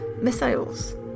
missiles